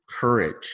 courage